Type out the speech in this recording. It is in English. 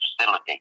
facility